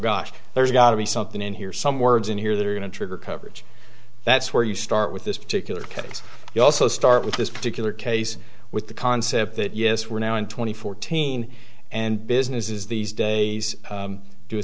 gosh there's got to be something in here some words in here that are going to trigger coverage that's where you start with this particular case you also start with this particular case with the concept that yes we're now in two thousand and fourteen and businesses these days do a